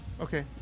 Okay